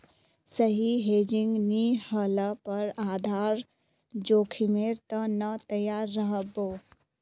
सही हेजिंग नी ह ल पर आधार जोखीमेर त न तैयार रह बो